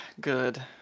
good